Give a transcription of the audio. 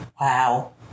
Wow